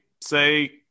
say